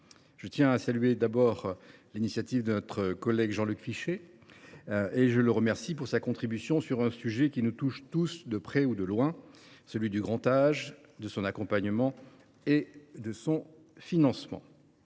Je tiens à saluer l’initiative de notre collègue Jean Luc Fichet, que je remercie pour sa contribution sur un sujet qui nous touche tous de près ou de loin, celui du grand âge, de son accompagnement et de son financement.